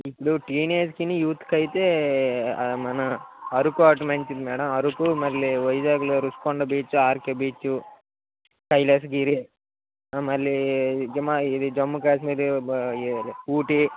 ఇప్పుడు టీనేజ్కిని యూత్కి అయితే మనా అరుకు అటు మంచిది మేడమ్ అరుకు మళ్ళీ వైజాగ్లో Rushikonda beach RK beach Kailasa Giri మళ్లీ జిమా ఇదీ జమ్మూ కాశ్మీరు ఊటీ